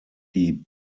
die